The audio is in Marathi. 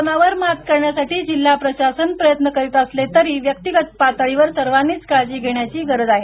कोरोनावर मात करण्यासाठी जिल्हा प्रशासन प्रयत्न करीत असले तरी व्यक्तीगत पातळीवर सर्वांनीच काळजी घेण्याची गरज आहे